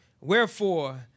Wherefore